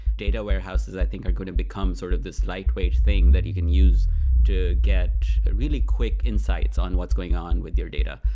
data warehouses warehouses i think are going to become sort of this lightweight thing that you can use to get really quick insights on what's going on with your data.